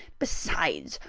besides,